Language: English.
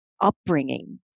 upbringing